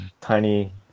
tiny